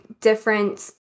different